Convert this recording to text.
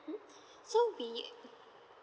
mm so we